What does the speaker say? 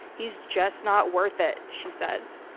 he's just not worth it, she says.